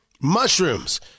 Mushrooms